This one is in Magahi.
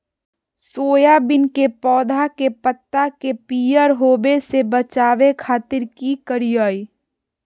सोयाबीन के पौधा के पत्ता के पियर होबे से बचावे खातिर की करिअई?